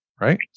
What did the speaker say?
right